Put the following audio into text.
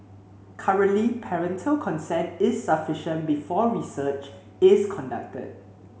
currently parental consent is sufficient before research is conducted